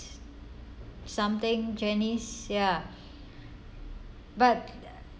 something janice ya but